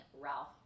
Ralph